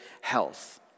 health